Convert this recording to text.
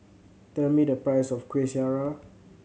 tell me the price of Kueh Syara